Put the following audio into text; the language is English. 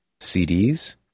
CDs